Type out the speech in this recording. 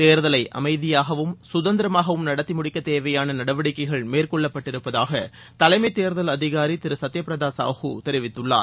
தேர்தலைஅமைதியாகவும் சுதந்திரமாகவும் நடத்திமுடிக்கதேவையானநடவடிக்கைகள் மேற்கொள்ளப்பட்டிருப்பதாகதலைமைதோதல் அதிகாரிதிருசத்பபிரதாசாகுதெரிவித்துள்ளார்